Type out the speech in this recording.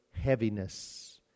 heaviness